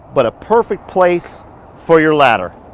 but a perfect place for your ladder.